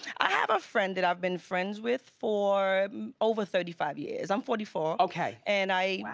i have a friend that i've been friends with for over thirty five years. i'm forty four. okay. and i. wow.